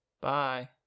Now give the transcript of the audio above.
Bye